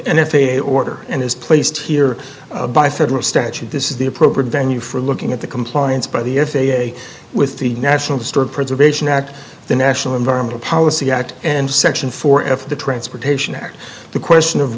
a order and is placed here by federal statute this is the appropriate venue for looking at the compliance by the f a a with the national historic preservation act the national environmental policy act and section four of the transportation act the question of